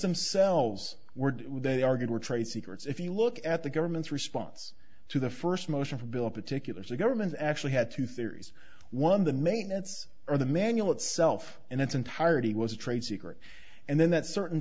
themselves were what they argued were trade secrets if you look at the government's response to the first motion for bill of particulars a government actually had two theories one the maintenance or the manual itself in its entirety was a trade secret and then that certain